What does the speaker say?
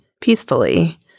peacefully